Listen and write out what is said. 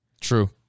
True